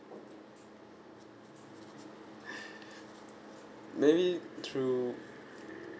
maybe through